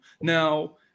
Now